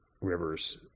rivers